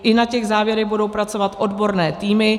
I na těch závěrech budou pracovat odborné týmy.